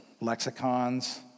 lexicons